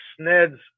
Sned's